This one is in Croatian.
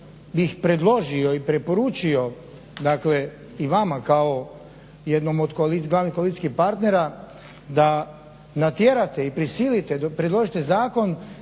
bih predložio i preporučio dakle i vama kao jednom od glavnih koalicijskih partnera da natjerate i prisilite i predložite zakon